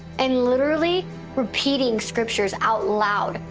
and literally repeating scriptures out loud,